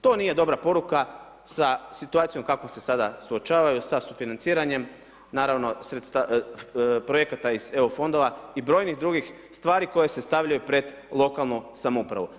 To nije dobra poruka sa situacijom kako se sada suočavaju, sa sufinanciranjem, naravno sredstava, projekata iz Eu fondova i brojnim drugih stvari koje se stavljaju pred lokalnu samoupravu